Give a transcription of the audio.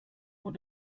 what